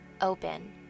open